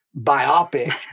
biopic